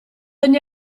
ogni